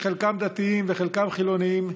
חלקם דתיים וחלקם חילונים,